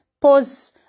pause